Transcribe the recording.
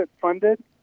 funded